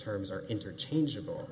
terms are interchangeable